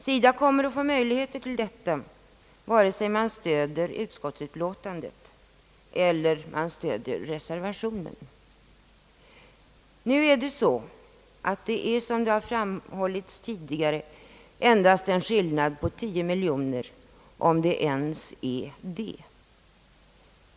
SIDA kommer att få möjligheter till detta vare sig vi stöder utskottsförslaget eller reservationen. Som framhållits tidigare är det nu endast fråga om en skillnad på 10 miljoner kronor — om ens det.